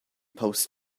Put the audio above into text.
post